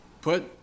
put